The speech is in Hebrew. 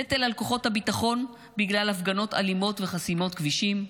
נטל על כוחות הביטחון בגלל הפגנות אלימות וחסימות כבישים,